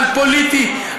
פוליטי,